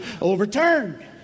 overturned